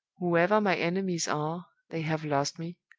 whoever my enemies are, they have lost me,